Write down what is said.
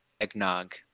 eggnog